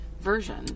version